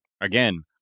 again